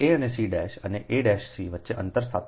a અને c' અને a'c વચ્ચે અંતર 7